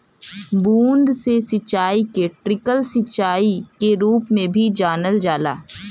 बूंद से सिंचाई के ट्रिकल सिंचाई के रूप में भी जानल जाला